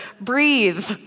Breathe